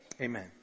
amen